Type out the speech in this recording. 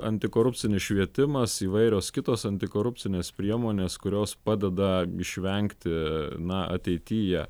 antikorupcinis švietimas įvairios kitos antikorupcinės priemonės kurios padeda išvengti na ateityje